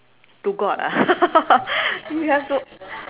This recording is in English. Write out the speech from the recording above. to god ah we have to